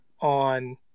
on